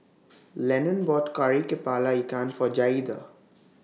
Lennon bought Kari Kepala Ikan For Jaeda